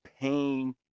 pain